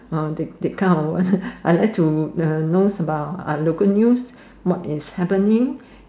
uh that that kind of I like to uh know about uh local news what is happening